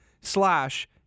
slash